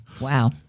Wow